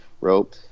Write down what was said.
rope